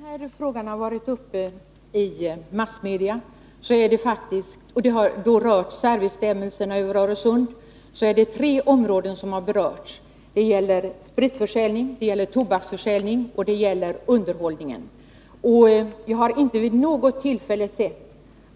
Herr talman! När denna fråga har diskuterats i massmedia — det har då gällt särbestämmelserna i Öresund — har tre områden berörts, nämligen spritförsäljningen, tobaksförsäljningen och underhållningen. Vi har inte vid något tillfälle